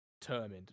determined